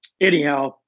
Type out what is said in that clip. anyhow